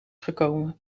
gekomen